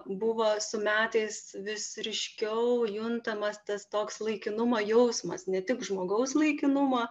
buvo su metais vis ryškiau juntamas tas toks laikinumo jausmas ne tik žmogaus laikinumo